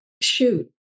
shoot